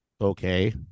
Okay